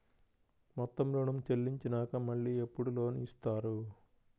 మొత్తం ఋణం చెల్లించినాక మళ్ళీ ఎప్పుడు లోన్ ఇస్తారు?